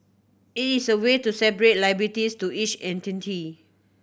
it is a way to separate liabilities to each entity